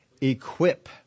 equip